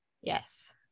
Yes